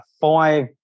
five